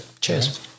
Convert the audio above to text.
Cheers